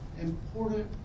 important